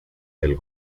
del